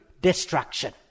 destruction